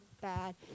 bad